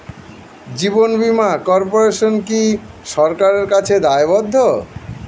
জীবন বীমা কর্পোরেশন কি সরকারের কাছে দায়বদ্ধ?